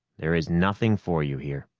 there is nothing for you here.